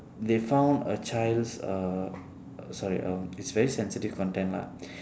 they found a child's uh sorry um it's very sensitive content lah